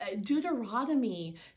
Deuteronomy